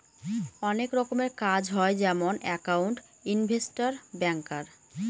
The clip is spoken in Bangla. অনেক রকমের কাজ হয় যেমন একাউন্ট, ইনভেস্টর, ব্যাঙ্কার